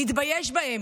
נתבייש בהם,